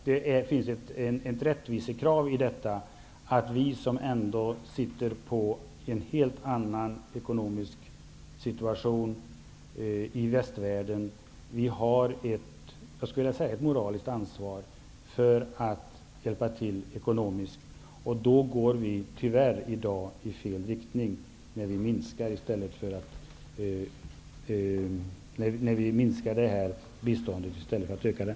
Det finns ett rättvisekrav däri att vi som ändå sitter i en helt annan ekonomisk situation i västvärlden har ett moraliskt ansvar för att hjälpa till ekonomiskt. Då går vi tyvärr i dag i fel riktning när vi minskar biståndet i stället för att öka det.